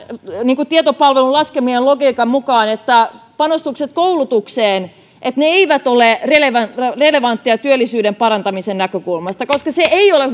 niin kuin tietopalvelun laskelmien logiikan mukaan että panostukset koulutukseen eivät ole relevantteja relevantteja työllisyyden parantamisen näkökulmasta sitähän ei ole